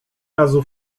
razu